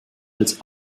als